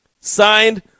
Signed